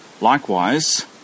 Likewise